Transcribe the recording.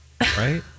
Right